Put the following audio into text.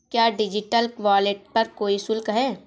क्या digital wallet पर कोई शुल्क है?